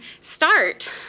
start